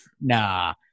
nah